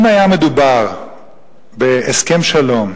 אם היה מדובר בהסכם שלום,